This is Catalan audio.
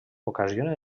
ocasiona